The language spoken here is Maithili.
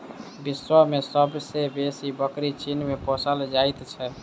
विश्व मे सब सॅ बेसी बकरी चीन मे पोसल जाइत छै